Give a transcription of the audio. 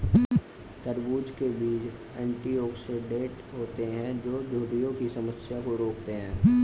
तरबूज़ के बीज एंटीऑक्सीडेंट होते है जो झुर्रियों की समस्या को रोकते है